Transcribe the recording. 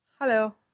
Hello